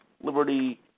Liberty